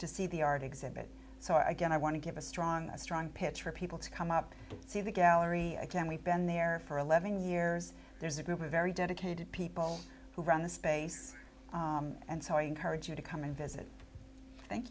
to see the art exhibit again i want to give a strong a strong pitch for people to come up see the gallery again we've been there for eleven years there's a group of very dedicated people who run the space and so i encourage you to come and visit thank